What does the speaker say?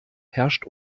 herrscht